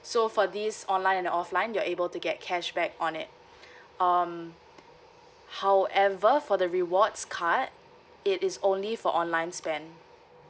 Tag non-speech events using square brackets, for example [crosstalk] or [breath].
so for this online and offline you're able to get cashback on it [breath] um however for the rewards card it is only for online spend